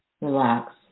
relax